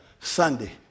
Sunday